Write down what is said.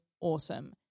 awesome